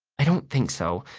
i don't think so.